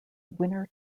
winner